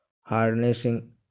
harnessing